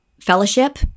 fellowship